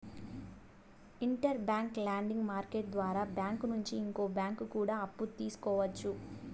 inter bank lending market ద్వారా bank నుంచి ఇంకో బ్యాంకు కూడా అప్పు తీసుకోవచ్చు